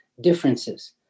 differences